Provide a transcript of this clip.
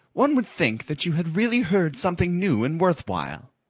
one would think that you had really heard something new and worth while.